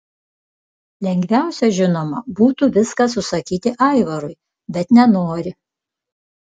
lengviausia žinoma būtų viską susakyti aivarui bet nenori